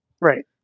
Right